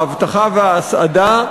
האבטחה וההסעדה,